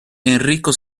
enrico